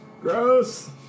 Gross